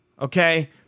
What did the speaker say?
okay